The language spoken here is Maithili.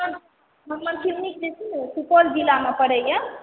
हमर क्लिनिक जे छै ने सुपौल जिलामे पड़ैया